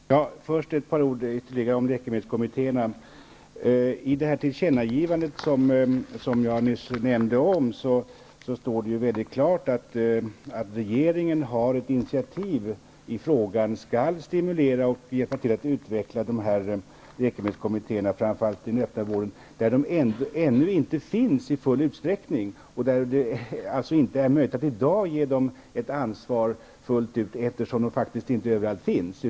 Fru talman! Först ytterligare ett par ord om läkemedelskommittéerna. I det tillkännagivande som jag nyss nämnde står det tydligt att regeringen bör ta ett initiativ i frågan, och skall stimulera och se till att utveckla läkemedelskommittéerna, framför allt inom den öppna vården. De finns ju ännu inte där i full utsträckning, och det är inte möjligt att i dag ge dem ett ansvar fullt ut. De finns inte överallt.